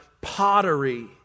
pottery